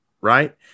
Right